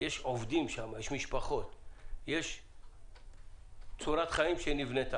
יש שם עובדים, יש משפחות, יש צורת חיים שנבנתה,